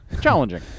Challenging